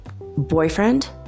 boyfriend